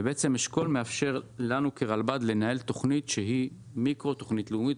ובעצם אשכול מאפשר לנו כרלב"ד לנהל תוכנית שהיא מיקרו תוכנית לאומית,